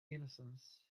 innocence